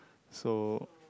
so